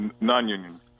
Non-union